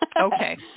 okay